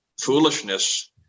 foolishness